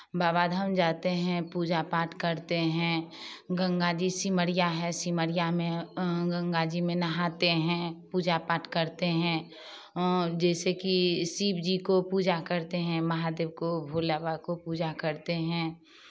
बाबाधाम जाते हैं पूजा पाठ करते हैं गंगा जी सिमरिया है सिमरिया में गंगा जी में नहाते हैं पूजा पाठ करते हैं जैसे कि शिवजी को पूजा करते हैं महादेव को भोला बाबा को पूजा करते हैं